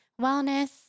wellness